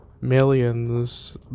millions